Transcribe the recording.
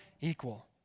equal